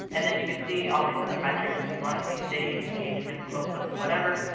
and then you can see all these other metrics if you want to see saves, engagements, close-ups, whatever.